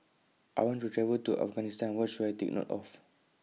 I want to travel to Afghanistan What should I Take note of